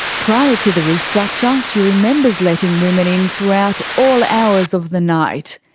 prior to the restructure, she remembers letting women in throughout all hours of the night,